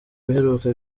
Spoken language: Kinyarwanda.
biheruka